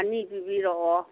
ꯑꯅꯤ ꯄꯤꯕꯤꯔꯛꯑꯣ